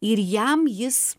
ir jam jis